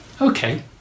Okay